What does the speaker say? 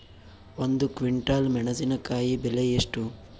ಒಂದು ಕ್ವಿಂಟಾಲ್ ಮೆಣಸಿನಕಾಯಿ ಬೆಲೆ ಎಷ್ಟು?